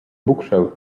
bookshelf